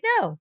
no